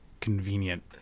convenient